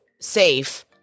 safe